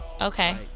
Okay